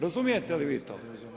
Razumijete li vi to?